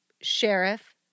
sheriff